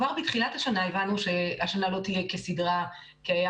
כבר בתחילת השנה הבנו שהשנה לא תהיה כסדרה כי היה